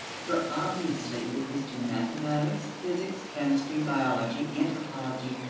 for obviously it is to mathematics, physics, chemistry, biology, anthropology,